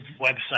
website